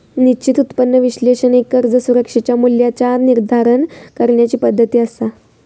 निश्चित उत्पन्न विश्लेषण एक कर्ज सुरक्षेच्या मूल्याचा निर्धारण करण्याची पद्धती असा